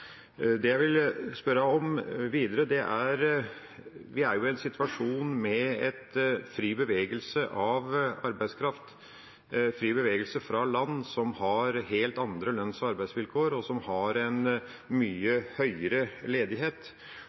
Vi er i en situasjon med fri bevegelse av arbeidskraft, fri bevegelse fra land som har helt andre lønns- og arbeidsvilkår, og som har en mye høyere ledighet.